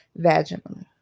vaginally